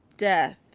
death